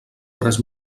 tres